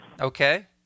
Okay